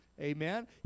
amen